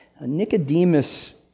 Nicodemus